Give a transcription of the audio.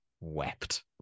wept